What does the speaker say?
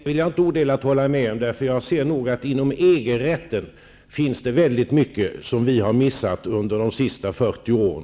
Fru talman! Det vill jag inte odelat hålla med om. Jag finner att det inom EG-rätten finns mycket som vi har missat under de senaste 40 åren.